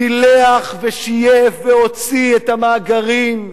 גילח ושייף והוציא את המאגרים,